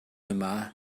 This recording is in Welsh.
yma